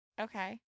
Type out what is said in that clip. Okay